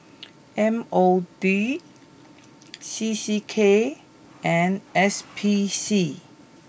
M O D C C K and S P C